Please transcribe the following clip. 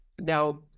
Now